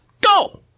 Go